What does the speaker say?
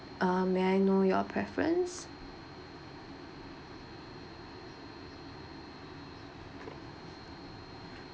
uh may I know your preference